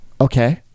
okay